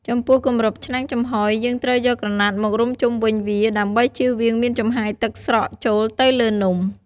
ចំពោះគម្របឆ្នាំងចំហុយ យើងត្រូវយកក្រណាត់មករុំជុំវិញវា ដើម្បីចៀសវាងមានចំហាយទឹកស្រក់ចូលទៅលើនំ។